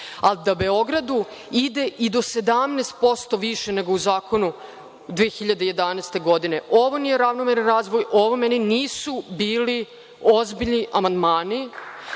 a da Beogradu ide i do 17% više nego u zakonu iz 2011. godine. Ovo nije ravnomeran razvoj, ovo meni nisu bili ozbiljni amandmani